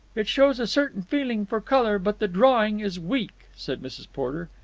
it shows a certain feeling for colour, but the drawing is weak, said mrs. porter.